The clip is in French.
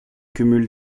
cumul